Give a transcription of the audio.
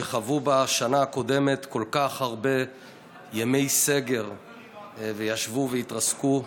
שחוו בשנה הקודמת כל כך הרבה ימי סגר וישבו והתרסקו,